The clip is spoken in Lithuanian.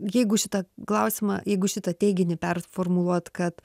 jeigu šitą klausimą jeigu šitą teiginį performuluot kad